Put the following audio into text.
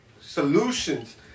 solutions